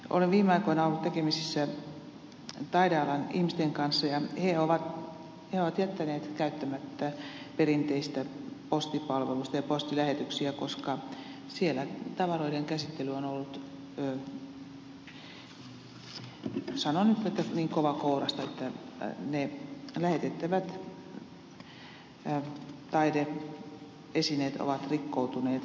olen viime aikoina ollut tekemisissä taidealan ihmisten kanssa ja he ovat olleet käyttämättä perinteistä postipalvelua ja postilähetyksiä koska niissä tavaroiden käsittely on ollut sanon nyt niin kovakouraista että lähetettävät taide esineet ovat rikkoutuneet